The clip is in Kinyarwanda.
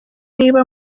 niba